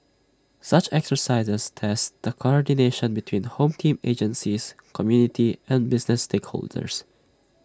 such exercises test the coordination between home team agencies community and business stakeholders